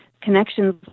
Connections